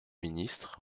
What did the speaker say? ministre